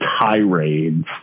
tirades